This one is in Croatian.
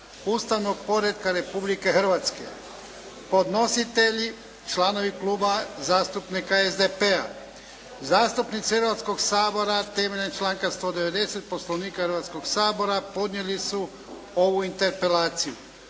ustavnog poretka Republike Hrvatske Podnositelji članovi Kluba zastupnika SDP-a. Zastupnici Hrvatskoga sabora temeljem članka 190. Poslovnika Hrvatskoga sabora podnijeli su ovu interpelaciju.